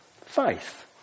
Faith